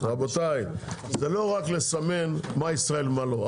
רבותיי, זה לא רק לסמן מה ישראל, מה לא.